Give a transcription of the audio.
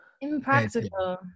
Impractical